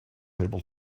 able